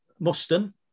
Muston